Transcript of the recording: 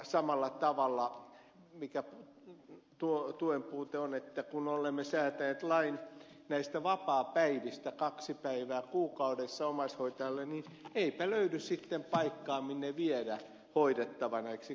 samalla tavalla kun on tuen puute ja kun olemme säätäneet lain näistä vapaapäivistä kaksi päivää kuukaudessa omaishoitajalle niin eipä löydy sitten paikkaa minne viedä hoidettava näiksi kahdeksi päiväksi